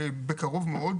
בקרוב מאוד,